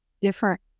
different